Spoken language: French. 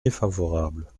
défavorable